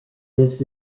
lives